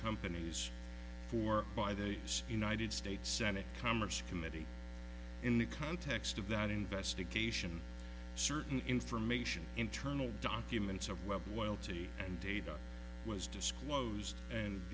companies for by those united states senate commerce committee in the context of that investigation certain information internal documents of web while tea and data was disclosed and